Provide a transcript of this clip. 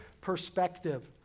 perspective